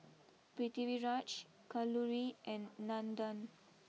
Pritiviraj Kalluri and Nandan